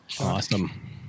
Awesome